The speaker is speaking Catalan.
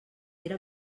era